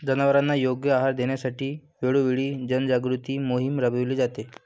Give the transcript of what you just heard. जनावरांना योग्य आहार देण्यासाठी वेळोवेळी जनजागृती मोहीम राबविली जाते